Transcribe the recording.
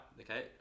okay